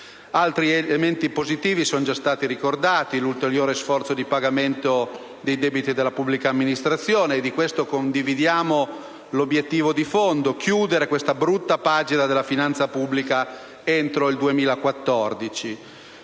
Altri elementi positivi sono già stati ricordati: l'ulteriore sforzo di pagamento dei debiti della pubblica amministrazione, ad esempio. Di questo condividiamo l'obiettivo di fondo: chiudere questa brutta pagina della finanza pubblica entro il 2014.